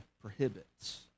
prohibits